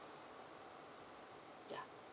ya